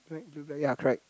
ya correct